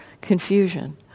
confusion